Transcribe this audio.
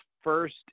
first